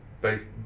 Based